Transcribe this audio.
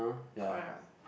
correct lah